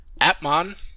Atmon